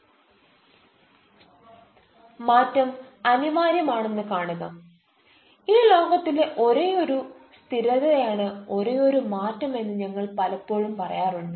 മാറ്റം അനിവാര്യമാണെന്ന് കാണുക ഈ ലോകത്തിലെ ഒരേയൊരു സ്ഥിരതയാണ് ഒരേയൊരു മാറ്റം എന്ന് ഞങ്ങൾ പലപ്പോഴും പറയാറുണ്ട്